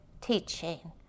teaching